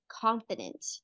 confident